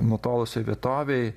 nutolusioj vietovėj